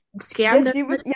scammed